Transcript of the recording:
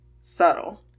subtle